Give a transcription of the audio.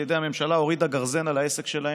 ידי הממשלה הורידה גרזן על העסק שלהם,